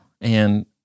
and-